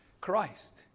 Christ